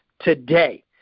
today